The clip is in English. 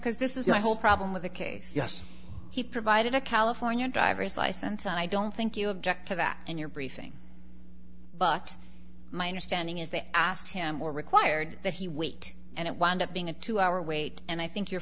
because this is my whole problem with the case yes he provided a california driver's license and i don't think you object to that in your briefing but my understanding is they asked him or required that he wait and it wound up being a two hour wait and i think you